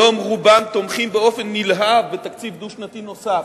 היום רובם תומכים באופן נלהב בתקציב דו-שנתי נוסף.